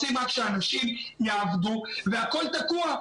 רוצים רק שאנשים יעבדו אבל הכול תקוע.